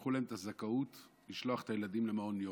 לקחו להן את הזכאות לשלוח את הילדים למעון יום,